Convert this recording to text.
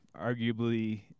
arguably